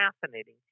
fascinating